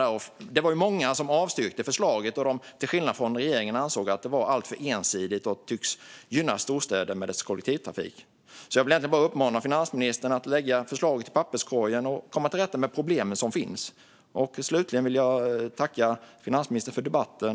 Det var många som avstyrkte förslaget och till skillnad från regeringen ansåg att det var alltför ensidigt och tycks gynna storstäder med deras kollektivtrafik. Jag vill egentligen bara uppmana finansministern att lägga förslaget i papperskorgen och i stället komma till rätta med problemen som finns. Slutligen vill jag tacka finansministern för debatten.